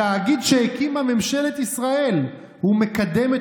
התאגיד שהקימה ממשלת ישראל מקדם את